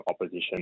opposition